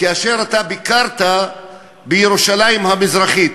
כאשר אתה ביקרת בירושלים המזרחית.